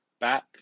back